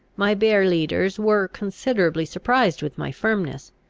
my bear-leaders were considerably surprised with my firmness,